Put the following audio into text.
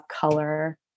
color